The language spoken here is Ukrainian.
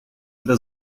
для